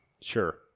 Sure